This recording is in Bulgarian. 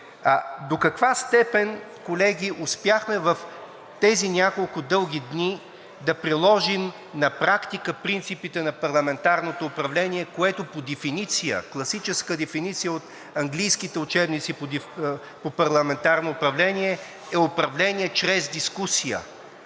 До каква степен, колеги, успяхме в тези няколко дълги дни да приложим на практика принципите на парламентарното управление, което по класическа дефиниция от английските учебници по парламентарно управление е управление чрез дискусия.